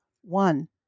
One